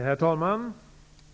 Herr talman!